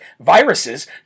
viruses